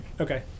Okay